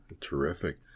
Terrific